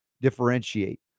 differentiate